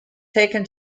taken